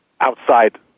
outside